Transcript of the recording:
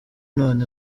none